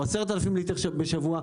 או 10,000 ליטר בשבוע,